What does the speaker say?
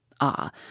Ah